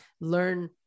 learn